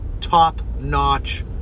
Top-notch